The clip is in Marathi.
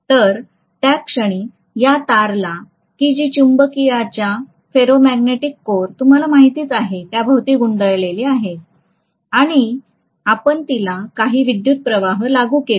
तर त्या क्षणी या तारला कि जी चुबकीयच्याफेरोमॅग्नेटिक कोर तुम्हाला माहितीच आहे त्याभोवती गुंडाळली आहे आणि आपण तिला काही विद्युतप्रवाह लागू केला